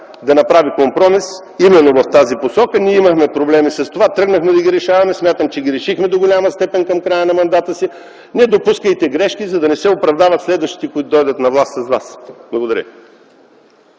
да направи компромис именно в тази посока. Ние имахме проблеми с това, тръгнахме да ги решаваме, смятам, че ги решихме до голяма степен към края на мандата си. Не допускайте грешки, за да не се оправдават следващите, които дойдат на власт след вас! Благодаря.